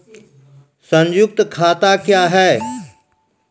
संयुक्त खाता क्या हैं?